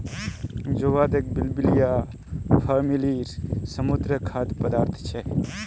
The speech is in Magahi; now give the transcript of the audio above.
जोदाक बिब्लिया फॅमिलीर समुद्री खाद्य पदार्थ छे